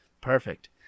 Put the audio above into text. perfect